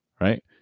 Right